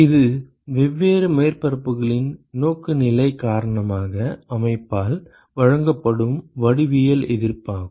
இது வெவ்வேறு மேற்பரப்புகளின் நோக்குநிலை காரணமாக அமைப்பால் வழங்கப்படும் வடிவியல் எதிர்ப்பாகும்